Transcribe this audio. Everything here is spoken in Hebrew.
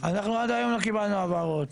אנחנו עד היום לא קיבלנו הבהרות.